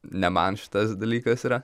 ne man šitas dalykas yra